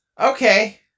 Okay